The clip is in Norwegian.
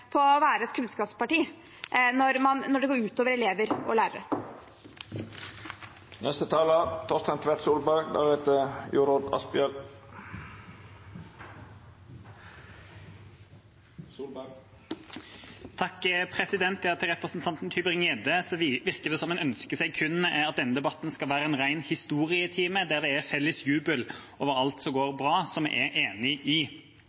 på å være et kunnskapsparti når det kuttet går ut over elever og lærere. Til representanten Tybring-Gjedde: Det virker som om hun ønsker at denne debatten kun skal være en ren historietime der det er felles jubel over alt som